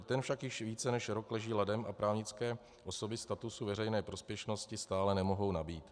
Ten však již více než rok leží ladem a právnické osoby statusu veřejné prospěšnosti stále nemohou nabýt.